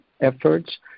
efforts